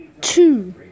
Two